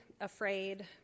afraid